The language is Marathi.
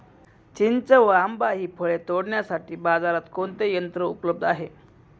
चिंच व आंबा हि फळे तोडण्यासाठी बाजारात कोणते यंत्र उपलब्ध आहे?